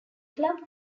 club